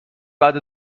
بعد